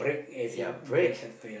ya break